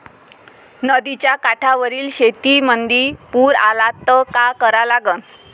नदीच्या काठावरील शेतीमंदी पूर आला त का करा लागन?